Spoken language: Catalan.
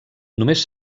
només